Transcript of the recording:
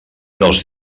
dels